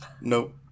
Nope